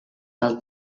tal